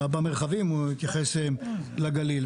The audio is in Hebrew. במרחבים, או התייחס לגליל.